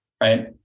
right